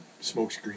smokescreen